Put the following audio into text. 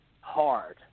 hard